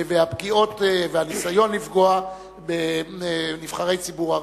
הפגיעות והניסיון לפגוע בנבחרי ציבור ערבים.